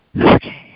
Okay